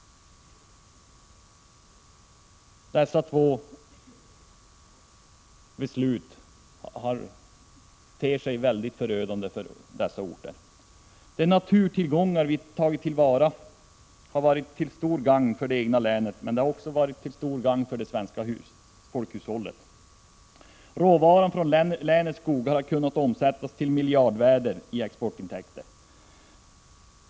De två beslut det här är fråga om ter sig förödande för dessa orter. De naturtillgångar som vi har tagit till vara har varit till stort gagn för det egna länet, men det har också varit till stort gagn för det svenska folkhushållet. Råvaran från länets skogar har kunnat omsättas till miljardvärden i exportintäkter.